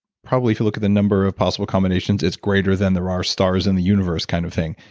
probably if you look at the number of possible combinations it's greater than there are stars in the universe kind of thing.